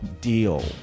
deal